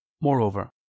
Moreover